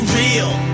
real